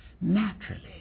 naturally